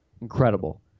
incredible